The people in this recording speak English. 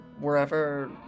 wherever